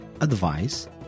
advice